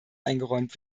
eingeräumt